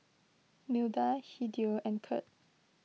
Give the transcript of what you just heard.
Milda Hideo and Kirt